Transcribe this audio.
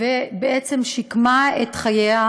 ובעצם שיקמה את חייה.